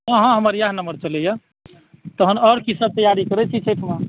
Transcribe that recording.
हँ हँ हमर इएह नम्बर चलैए तहन आओर की सभ तैयारी करए छी से कहूँ